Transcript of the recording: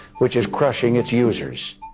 which is crushing its users.